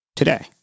today